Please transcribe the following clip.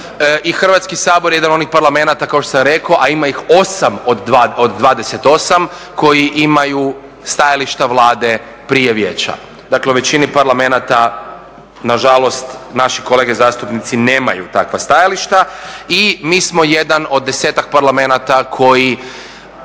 Hrvatski sabor je jedan od onih Parlamenata, kao što sam rekao, a ima ih 8 od 28 koji imaju stajališta Vlade prije vijeća. Dakle, u većini Parlamenata nažalost naši kolege zastupnici nemaju takva stajališta i mi smo jedan od desetak Parlamenata koji